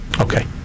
Okay